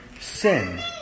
sin